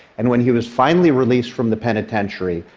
and when he was finally released from the penitentiary,